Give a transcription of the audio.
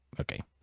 Okay